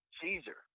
Caesar